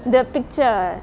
the picture